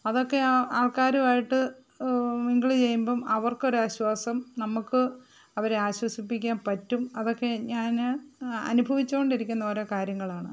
അതൊക്കെ ആ ആള്ക്കാരുമായിട്ട് മിങ്കിള് ചെയ്യുമ്പം അവര്ക്കൊരാശ്വാസം നമുക്ക് അവരെ ആശ്വസിപ്പിക്കാന് പറ്റും അതൊക്കെ ഞാൻ അനുഭവിച്ചുകൊണ്ടിരിക്കുന്ന ഓരോ കാര്യങ്ങളാണ്